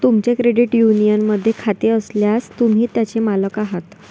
तुमचे क्रेडिट युनियनमध्ये खाते असल्यास, तुम्ही त्याचे मालक आहात